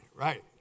right